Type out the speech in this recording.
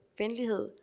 venlighed